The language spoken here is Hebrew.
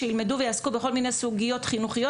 שילמדו ויעסקו בכל מיני סוגיות חינוכיות